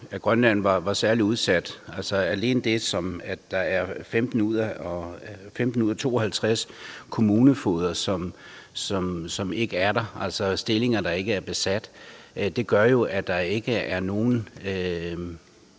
Grønland er særlig udsat. Alene det, at der er 15 ud af 52 kommunefogeder, som ikke er der, altså stillinger, der ikke er besat, gør jo, at der ikke er nogen